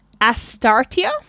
astartia